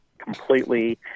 Completely